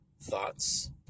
thoughts